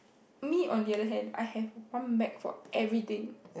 me on the other hand I have one bag for everything